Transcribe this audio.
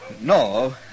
No